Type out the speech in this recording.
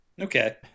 Okay